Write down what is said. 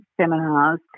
seminars